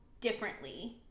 differently